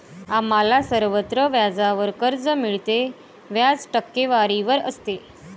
आम्हाला सर्वत्र व्याजावर कर्ज मिळते, व्याज टक्केवारीवर असते